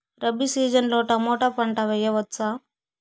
Rabi season లో tomato పంట వేయవచ్చా?